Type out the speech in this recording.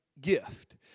gift